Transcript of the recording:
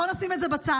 בואו נשים את זה בצד.